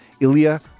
Ilya